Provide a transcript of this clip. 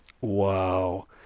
Wow